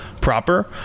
proper